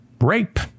rape